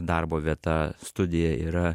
darbo vieta studija yra